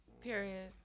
period